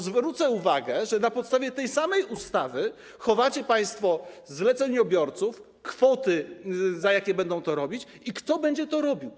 Zwrócę uwagę, że na podstawie tej samej ustawy chowacie państwo zleceniobiorców, kwoty, za jakie będą to robić, i to, kto będzie to robił.